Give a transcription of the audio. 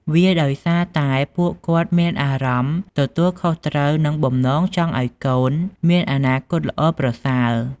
វាដោយសារតែពួកគាត់មានអារម្មណ៍ទទួលខុសត្រូវ និងបំណងចង់ឲ្យកូនមានអនាគតល្អប្រសើរ។